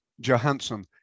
Johansson